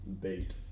bait